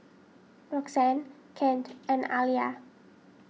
Roxanne Kent and Aliya